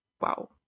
Wow